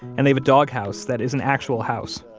and they have a dog house that is an actual house,